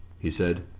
he said.